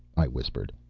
i whispered.